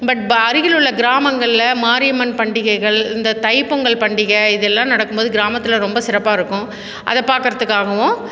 but அருகில் உள்ள கிராமங்களில் மாரியம்மன் பண்டிகைகள் இந்த தைப் பொங்கல் பண்டிகை இதெல்லாம் நடக்கும்போது கிராமத்தில் ரொம்ப சிறப்பாக இருக்கும் அதைப் பார்க்கறதுக்காகவும்